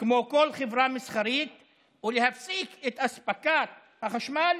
כמו כל חברה מסחרית ולהפסיק את אספקת החשמל